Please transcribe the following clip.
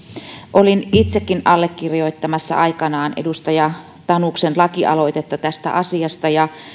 olin itsekin allekirjoittamassa aikoinaan edustaja tanuksen lakialoitetta tästä asiasta ja